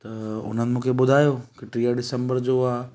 त उन्हनि मूंखे ॿुधायो की टीह डिसंबर जो आहे